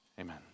Amen